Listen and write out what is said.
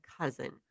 cousin